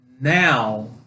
now